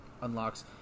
unlocks